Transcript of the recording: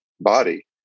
body